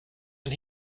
and